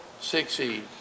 succeed